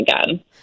again